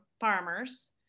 farmers